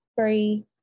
three